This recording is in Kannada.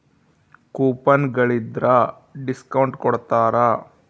ಕೂಪನ್ ಗಳಿದ್ರ ಡಿಸ್ಕೌಟು ಕೊಡ್ತಾರ